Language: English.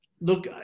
look